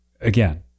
again